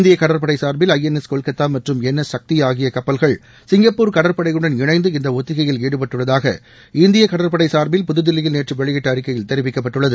இந்திய கடற்படை சார்பில் ஐ என் எஸ் கொல்கத்தா மற்றும் என் எஸ் சக்தி ஆகிய கப்பல்கள் சிங்கப்பூர் கடற்படையுடன் இணைந்து இந்த ஒத்திகையில் ஈடுபட்டுள்ளதாக இந்திய கடற்படை சார்பில் புதுதில்லியில் நேற்று வெளியிட்ட அறிக்கையில் தெரிவிக்கப்பட்டுள்ளது